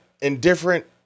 indifferent